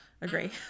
agree